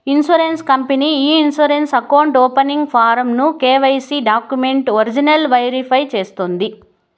insurance company ఈ insurance account opening form ను KYC డాక్యుమెంట్లు ఒరిజినల్ వెరిఫై చేస్తాది